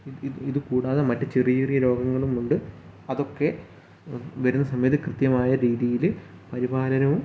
ഇത് ഇത് ഇത് കൂടാതെ മറ്റ് ചെറിയ ചെറിയ രോഗങ്ങളുമുണ്ട് അതൊക്കെ വരുന്ന സമയത്ത് കൃത്യമായ രീതിയിൽ പരിപാലനവും